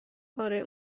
آره